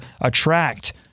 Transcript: attract